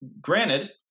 Granted